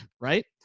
right